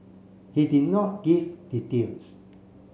he did not give details